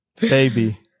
Baby